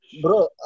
Bro